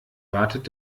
wartet